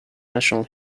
national